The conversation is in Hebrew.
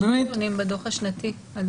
יש נתונים בדוח השנתי.